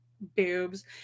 boobs